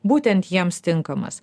būtent jiems tinkamas